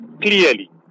clearly